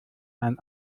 ein